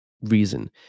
reason